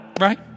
right